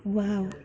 wow